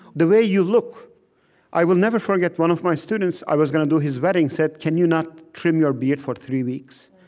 the way you look i will never forget, one of my students, i was gonna do his wedding, said, can you not trim your beard for three weeks?